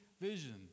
vision